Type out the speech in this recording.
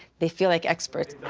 they feel like experts.